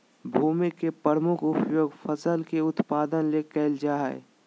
भूमि के प्रमुख उपयोग फसल के उत्पादन ले करल जा हइ